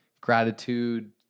gratitude